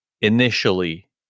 initially